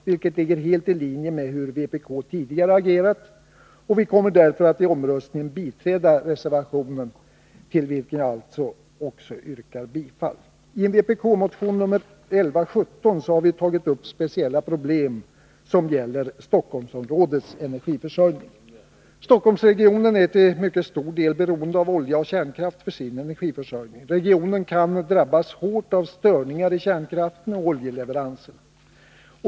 Reservationens syfte överensstämmer helt med vpk:s tidigare agerande, och vi kommer därför att vid omröstningen biträda reservationen till vilken jag därför yrkar bifall. I vpk-motion nr 1117 har vi tagit upp speciella problem som gäller Stockholmsområdets energiförsörjning. Stockholmsregionen är till mycket stor del beroende av olja och kärnkraft för sin energiförsörjning. Regionen kan drabbas hårt av störningar när det gäller kärnkraften och oljeleveranserna.